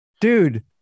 dude